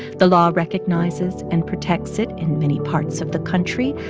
the law recognizes and protects it in many parts of the country,